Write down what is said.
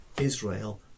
Israel